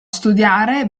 studiare